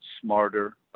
smarter